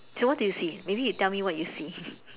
so what did you see maybe you tell me what you see